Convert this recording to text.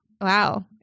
wow